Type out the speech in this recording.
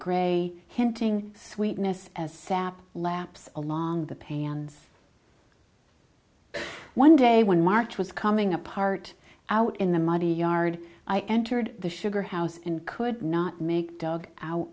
gray hinting sweetness as sap laps along the pans one day when march was coming apart out in the muddy yard i entered the sugar house and could not make dog out